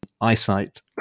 eyesight